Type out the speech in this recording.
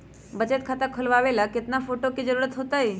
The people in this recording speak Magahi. बचत खाता खोलबाबे ला केतना फोटो के जरूरत होतई?